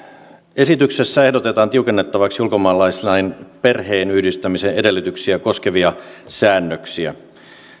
esityksessä ehdotetaan tiukennettavaksi ulkomaalaislain perheenyhdistämisen edellytyksiä koskevia säännöksiä